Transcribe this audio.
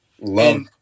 Love